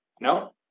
no